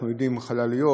אנחנו יודעים חלליות,